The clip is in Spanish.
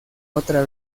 otra